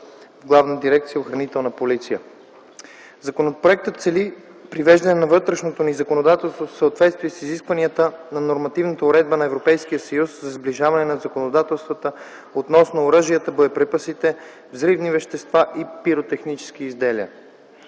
в Главна дирекция „Охранителна полиция”. Законопроектът цели привеждане на вътрешното ни законодателство в съответствие с изискванията на нормативната уредба на Европейския съюз за сближаване на законодателствата относно оръжията, боеприпасите, взривни вещества и пиротехнически изделия.